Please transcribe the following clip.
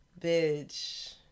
Bitch